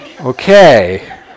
Okay